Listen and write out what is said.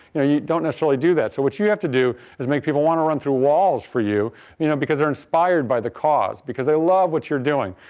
yeah you don't necessarily do that. so what you have to do is make people want to run through walls for you you know because they're inspired by the cause because they love what you're doing.